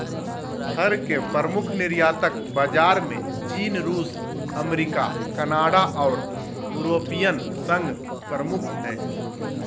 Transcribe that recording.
फर के प्रमुख निर्यातक बाजार में चीन, रूस, अमेरिका, कनाडा आर यूरोपियन संघ प्रमुख हई